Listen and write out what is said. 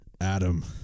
Adam